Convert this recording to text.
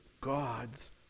God's